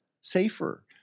safer